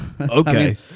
Okay